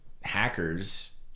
hackers